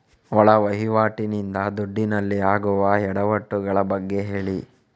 ಒಳ ವಹಿವಾಟಿ ನಿಂದ ದುಡ್ಡಿನಲ್ಲಿ ಆಗುವ ಎಡವಟ್ಟು ಗಳ ಬಗ್ಗೆ ಹೇಳಿ